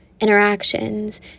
interactions